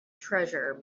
treasure